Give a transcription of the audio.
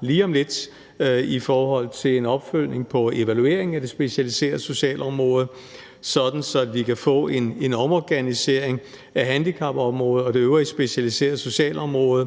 lige om lidt, i forhold til en opfølgning på evalueringen af det specialiserede socialområde, sådan at vi kan få en omorganisering af handicapområdet og det øvrige specialiserede socialområde,